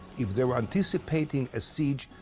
if they were anticipating a siege,